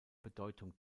bedeutung